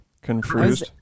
confused